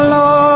Lord